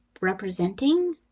representing